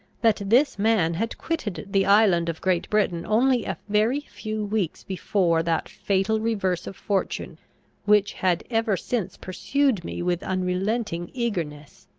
that this man had quitted the island of great britain only a very few weeks before that fatal reverse of fortune which had ever since pursued me with unrelenting eagerness.